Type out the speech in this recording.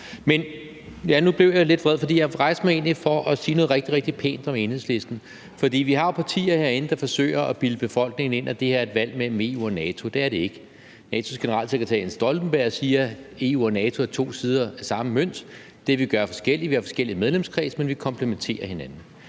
blev jeg lidt vred, men jeg rejste mig egentlig for at sige noget rigtig, rigtig pænt om Enhedslisten. Vi har jo partier herinde, der forsøger at bilde befolkningen ind, at det her er et valg mellem EU og NATO. Det er det ikke. NATO's generalsekretær, Jens Stoltenberg, siger: EU og NATO er to sider af samme mønt. Det, vi gør, er forskelligt, vi har forskellige medlemskredse. Men vi komplementerer hinanden.